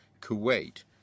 Kuwait